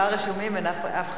עם כל כך